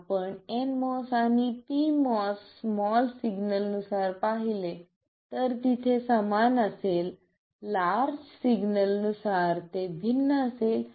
आपण nMOS आणि pMOS small signal नुसार पाहिले तर तिथे समान असेल लार्ज सिग्नल नुसार ते भिन्न असेल